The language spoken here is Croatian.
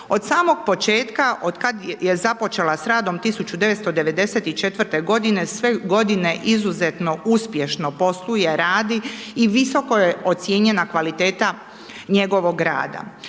Od samog početka, od kad je započela s radom 1994. g., sve godine izuzetno uspješno posluje, radi i visoko je ocijenjena kvaliteta njegovog rada.